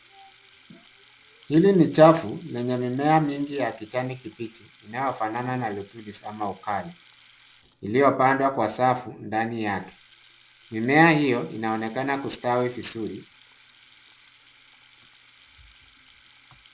Hili ni chafu lenye mimea mingi ya kijani kibichi inayofanana na lettuce au kale iliyopandwa kwa safu ndani yake. Mimea hiyo inaonekana kustawi vizuri.